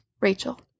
Rachel